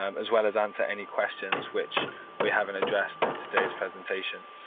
um as well as answer any questions which we haven't addressed in today's presentation.